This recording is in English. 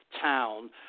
town